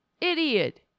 Idiot